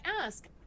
ask